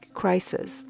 crisis